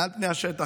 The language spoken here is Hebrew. מעל פני השטח,